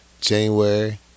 January